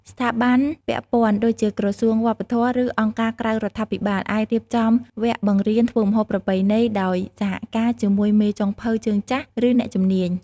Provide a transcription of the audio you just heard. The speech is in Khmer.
ស្ថាប័នពាក់ព័ន្ធ ដូចជាក្រសួងវប្បធម៌ ឬអង្គការក្រៅរដ្ឋាភិបាល អាចរៀបចំវគ្គបង្រៀនធ្វើម្ហូបប្រពៃណីដោយសហការជាមួយមេចុងភៅជើងចាស់ ឬអ្នកជំនាញ។